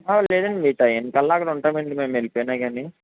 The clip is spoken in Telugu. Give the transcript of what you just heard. లేదండి మీ టయానికల్లా అక్కడుంటామండి మేము వెల్లిపోయినా కానీ